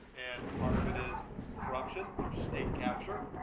and part of it is corruption, there's state capture.